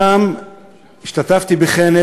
שם השתתפתי בכנס,